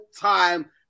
time